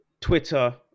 Twitter